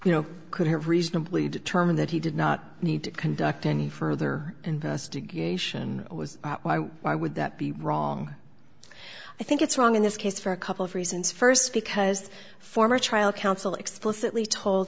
you know could have reasonably determined that he did not need to conduct any further investigation was why would that be wrong i think it's wrong in this case for a couple of reasons first because former trial counsel explicitly tol